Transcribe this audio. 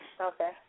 Okay